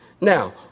Now